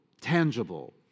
tangible